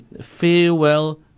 farewell